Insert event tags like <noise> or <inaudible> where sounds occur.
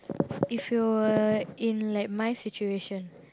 <noise> if you were in like my situation